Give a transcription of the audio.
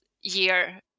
year